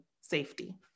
safety